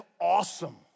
awesome